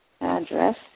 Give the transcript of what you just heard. address